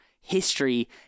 history